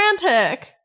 frantic